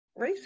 racist